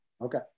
Okay